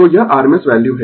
तो यह rms value है